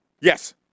Yes